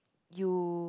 you